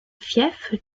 fief